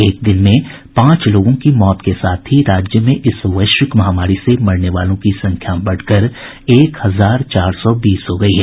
एक दिन में ही पांच लोगों की मौत के साथ ही राज्य में इस वैश्विक महामारी से मरने वालों की संख्या बढ़कर एक हजार चार सौ बीस हो गई है